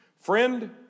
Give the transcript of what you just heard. Friend